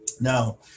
Now